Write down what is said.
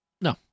No